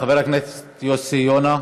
חבר הכנסת יוסי יונה,